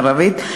ערבית.